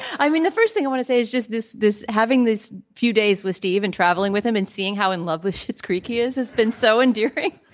i mean the first thing i wanna say is just this this having this few days with steve and traveling with him and seeing how in love with shit's creek is has been so endearing